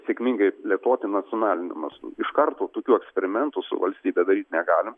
sėkmingai plėtoti nacionaliniu mastu iš karto tokių eksperimentų su valstybe daryt negalim